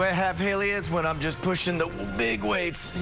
i have really is what i'm just pushing the big weights,